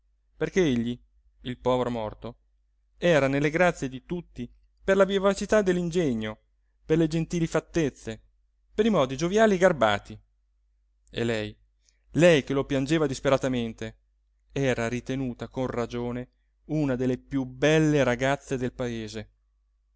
perché egli il povero morto era nelle grazie di tutti per la vivacità dell'ingegno per le gentili fattezze per i modi gioviali e garbati e lei lei che lo piangeva disperatamente era ritenuta con ragione una delle piú belle ragazze del paese